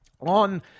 on